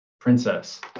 princess